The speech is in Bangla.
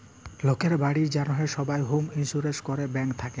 লকের বাড়ির জ্যনহে সবাই হম ইলসুরেলস ক্যরে ব্যাংক থ্যাকে